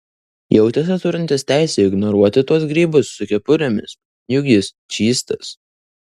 jautėsi turintis teisę ignoruoti tuos grybus su kepurėmis juk jis čystas